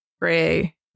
gray